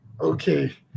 Okay